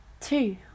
Two